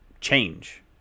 change